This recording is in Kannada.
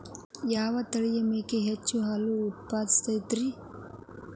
ಯಾವ ತಳಿಯ ಮೇಕೆ ಹೆಚ್ಚು ಹಾಲು ಉತ್ಪಾದಿಸತೈತ್ರಿ?